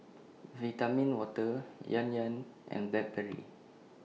Vitamin Water Yan Yan and Blackberry